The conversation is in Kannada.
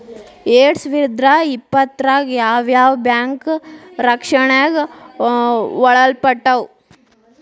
ಎರ್ಡ್ಸಾವಿರ್ದಾ ಇಪ್ಪತ್ತ್ರಾಗ್ ಯಾವ್ ಯಾವ್ ಬ್ಯಾಂಕ್ ರಕ್ಷ್ಣೆಗ್ ಒಳ್ಪಟ್ಟಾವ?